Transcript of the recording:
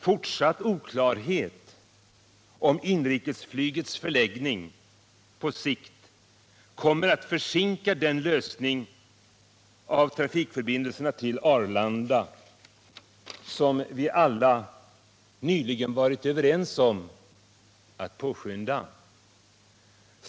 Fortsatt oklarhet om inrikesflygets förläggning på sikt kommer också att försinka den lösning av trafikförbindelserna med Arlanda, som vi alla inom riksdagen nyligen varit överens om att påskynda.